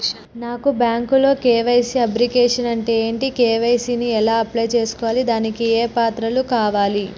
నాకు బ్యాంకులో KYC abbreviation అంటే ఏంటి కే.వై.సీ ని ఎలా అప్లై చేసుకోవాలి దానికి ఏ పత్రాలు కావాలి?